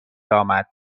آمد